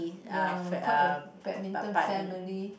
ya we're quite a badminton family